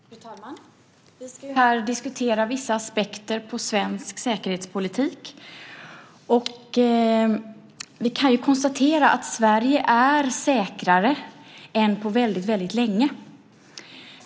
Fru talman! Vi ska här diskutera vissa aspekter på svensk säkerhetspolitik. Vi kan konstatera att Sverige är säkrare än på väldigt länge.